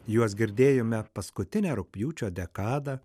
juos girdėjome paskutinę rugpjūčio dekadą